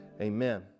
amen